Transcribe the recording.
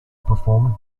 performed